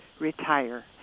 Retire